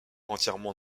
entièrement